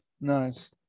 nice